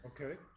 okay